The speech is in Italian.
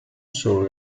solo